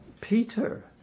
Peter